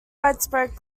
widespread